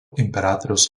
imperatoriaus